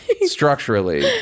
structurally